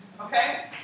Okay